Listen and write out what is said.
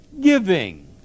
giving